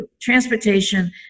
transportation